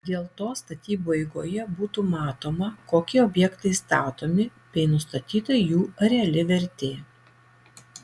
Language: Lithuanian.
dėl to statybų eigoje būtų matoma kokie objektai statomi bei nustatyta jų reali vertė